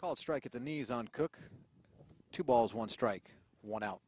called strike at the knees on cooke two balls one strike one out